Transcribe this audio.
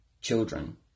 children